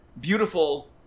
beautiful